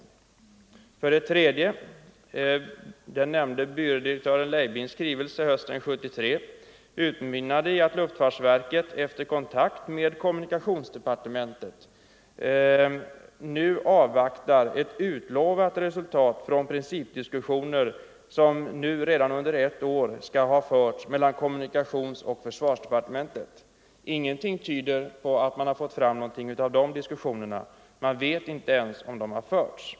civila ändamål Vidare resulterade byrådirektör Leibings skrivelse hösten 1973 i att luftfartsverket efter kontakt med kommunikationsdepartementet nu avvaktar ett utlovat resultat från en principdiskussion som under ett år skall ha förts mellan kommunikationsdepartementet och försvarsdepartementet. Ingenting tyder på att man fått fram någonting av de diskussionerna. Man vet inte ens om de verkligen har förts.